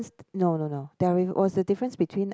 no no no there was the difference between